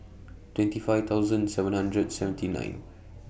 twenty five thousand seven hundred seventy nine